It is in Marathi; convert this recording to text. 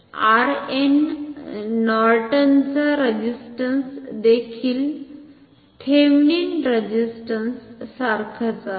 Rn नॉर्टनचा रेझिस्टंसNorton's resistance देखील थेवनिन रेझिस्टन्स सारखाच आहे